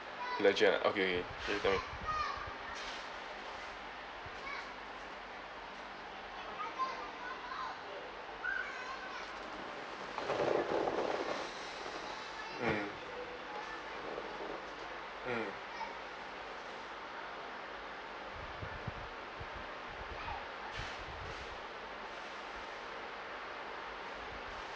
legit [one] ah okay okay can you tell me mm mm